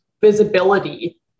visibility